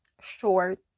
short